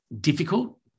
difficult